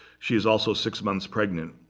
she is also six months pregnant.